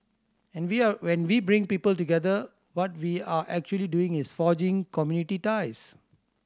and we are when we bring people together what we are actually doing is forging community ties